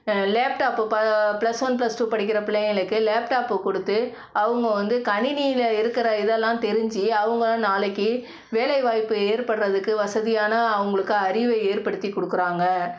laptop ப plus one plus two படிக்கிற பிள்ளைங்களுக்கு லேப்டாப்பு கொடுத்து அவங்க வந்து கணினியில் இருக்கிற இதெல்லாம் தெரிஞ்சு அவங்க நாளைக்கு வேலைவாய்ப்பு ஏற்படுறதுக்கு வசதியான அவங்களுக்கு அறிவை ஏற்படுத்தி கொடுக்குறாங்க